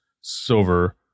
silver